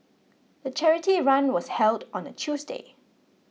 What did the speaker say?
the charity run was held on a Tuesday